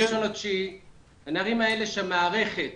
הנערים האלה שהמערכת